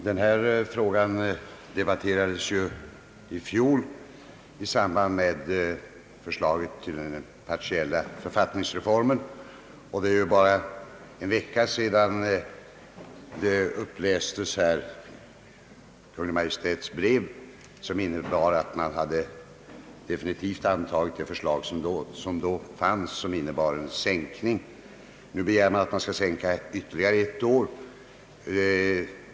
Herr talman! Denna fråga debatterades ju i fjol i samband med behandlingen av förslaget till den partiella författningsreformen. För bara en vecka sedan upplästes här Kungl. Maj:ts brev, som innebar att man definitivt antagit det förslag om en sänkning av rösträttsåldern som förelåg. Nu begärs att rösträttsåldern skall sänkas ytterligare ett år.